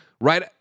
Right